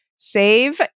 Save